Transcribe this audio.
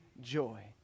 joy